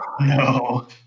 no